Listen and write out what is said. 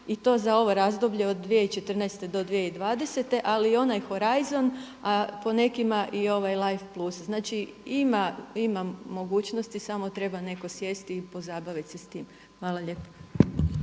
i to za ovo razdoblje od 2014. do 2020. ali i onaj Horizon, a po nekima i ovaj Life plus. Znači ima mogućnosti samo treba netko sjesti i pozabavit se s tim. Hvala lijepa.